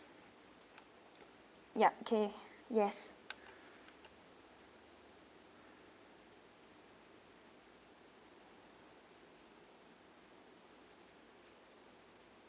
yup okay yes